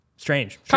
Strange